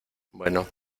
bueno